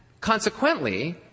consequently